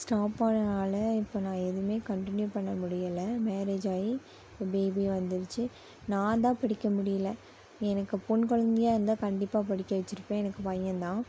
stop ஆனனால் இப்போ நான் எதுவுமே கன்ட்டினியூ பண்ண முடியலை மேரேஜ் ஆகி பேபியும் வந்துடுச்சு நான்தான் படிக்க முடியலை எனக்கு பெண் குழந்தையா இருந்தால் கண்டிப்பாக படிக்க வச்சுருப்பேன் எனக்கு பையன்தான்